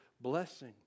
blessing